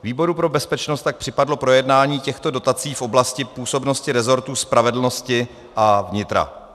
Výboru pro bezpečnost tak připadlo projednání těchto dotací v oblasti působnosti rezortu spravedlnosti a vnitra.